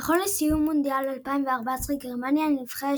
נכון לסיום מונדיאל 2014 גרמניה היא הנבחרת